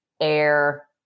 air